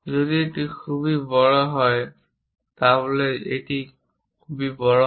যদি এটি খুব বড় হয় যদি এটি বড় হয়